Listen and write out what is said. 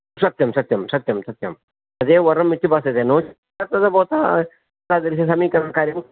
सत्यं सत्यं सत्यं सत्यं तदेव वरमिति भासते नो चेत् तत् भवतः तादृशसमीकरणकार्यं